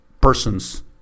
persons